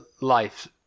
life